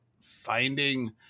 finding